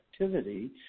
activity